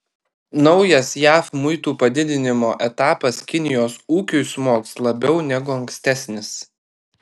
naujas jav muitų padidinimo etapas kinijos ūkiui smogs labiau negu ankstesnis